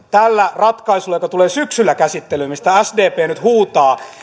tällä ratkaisulla joka tulee syksyllä käsittelyyn mistä sdp nyt huutaa